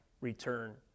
return